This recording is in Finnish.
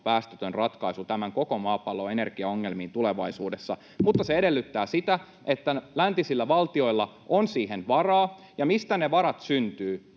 päästötön ratkaisu tämän koko maapallon energiaongelmiin tulevaisuudessa, mutta se edellyttää, että läntisillä valtioilla on siihen varaa, ja mistä ne varat syntyvät?